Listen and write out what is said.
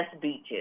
beaches